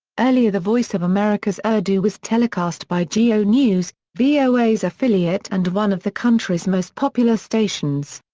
earlier the voice of america's urdu was telecast by geo news, voa's affiliate and one of the country's most popular stations.